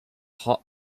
hot